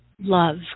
love